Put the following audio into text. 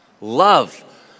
love